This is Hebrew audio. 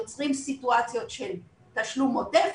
יוצרים סיטואציות של תשלום עודף,